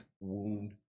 wound